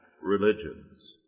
religions